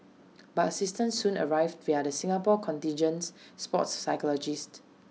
but assistance soon arrived via the Singapore contingent's sports psychologist